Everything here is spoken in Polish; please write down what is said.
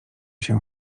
się